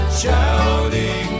shouting